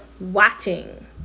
watching